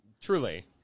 Truly